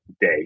day